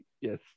yes